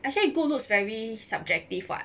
actually good looks very subjective [what]